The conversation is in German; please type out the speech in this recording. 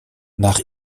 nach